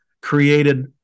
created